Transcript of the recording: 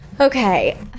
Okay